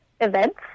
events